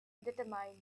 determined